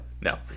No